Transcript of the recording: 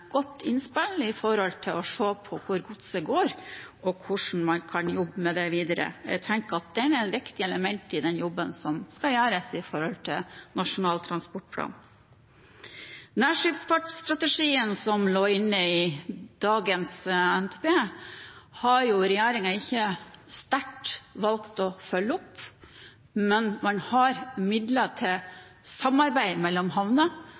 godt innspill med tanke på å se på hvor godset går, og hvordan man kan jobbe med det videre. Jeg tenker at den er et viktig element i den jobben som skal gjøres i forbindelse med Nasjonal transportplan. Nærskipsfartsstrategien som lå inne i dagens NTP, har regjeringen ikke sterkt valgt å følge opp, men man har midler til samarbeid mellom havner.